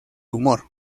humor